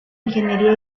ingeniería